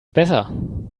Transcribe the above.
besser